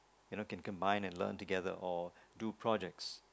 yo know can combine and learn together or do projects